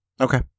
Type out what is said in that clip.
Okay